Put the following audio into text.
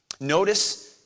Notice